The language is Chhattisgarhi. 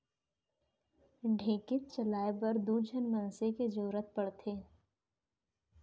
ढेंकीच चलाए बर दू झन मनसे के जरूरत पड़थे